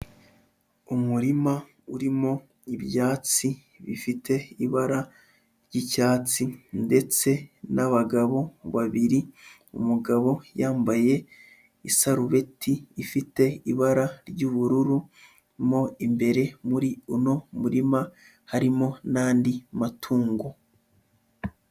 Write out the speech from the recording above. Umurima urimo ibyatsi bifite ibara ry'icyatsi ndetse n'abagabo babiri, umugabo yambaye isarubeti ifite ibara ry'ubururu mo imbere muri uno murima harimo n'andi matungo.